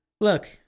Look